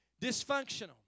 Dysfunctional